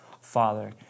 Father